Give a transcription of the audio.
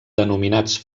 denominats